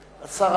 שונות.